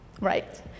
right